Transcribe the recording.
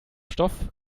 stoff